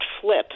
flip